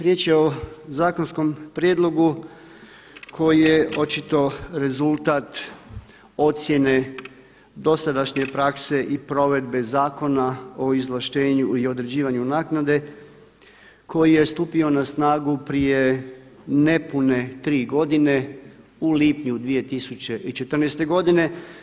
Riječ je o zakonskom prijedlogu koji je očito rezultat ocjene dosadašnje prakse i provedbe Zakona o izvlaštenju i određivanju naknade, koji je studio na snagu prije nepune 3 godine u lipnju 2014. godine.